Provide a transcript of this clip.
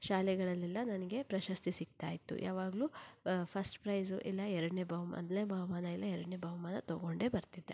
ಶಾಲೆಗಳಲ್ಲೆಲ್ಲ ನನಗೆ ಪ್ರಶಸ್ತಿ ಸಿಗ್ತಾ ಇತ್ತು ಯಾವಾಗಲೂ ಫಸ್ಟ್ ಪ್ರೈಸು ಇಲ್ಲ ಎರಡನೇ ಬಹುಮಾನ ಮೊದಲನೇ ಬಹುಮಾನ ಇಲ್ಲ ಎರಡನೇ ಬಹುಮಾನ ತಗೊಂಡೇ ಬರ್ತಿದ್ದೆ